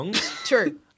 true